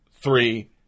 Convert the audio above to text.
three